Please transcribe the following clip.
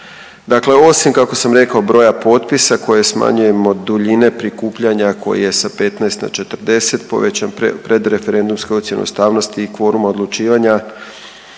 Dakle, osim kako sam rekao broja potpisa koje smanjujemo, duljine prikupljanja koji je sa 15 na 40 povećan, predreferendumska ocjena ustavnosti i kvoruma odlučivanja,